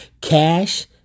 cash